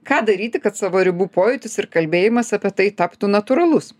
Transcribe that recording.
ką daryti kad savo ribų pojūtis ir kalbėjimas apie tai taptų natūralus